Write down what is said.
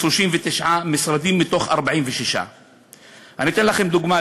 ב-39 משרדים מתוך 46. אני אתן לכם דוגמה,